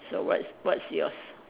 so what's what's yours